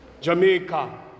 Jamaica